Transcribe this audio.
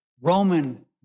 Roman